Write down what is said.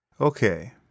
Okay